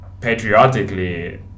patriotically